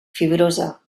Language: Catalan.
fibrosa